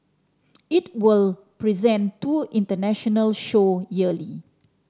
it will present two international show yearly